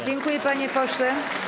Dziękuję, panie pośle.